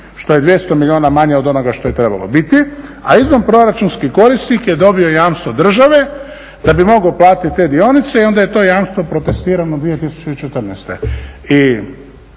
što je 200 milijuna manje od onoga što je trebalo biti. A izvanproračunski korisnik je dobio jamstvo države da bi mogao platiti te dionice i onda je to jamstvo protestirano 2014.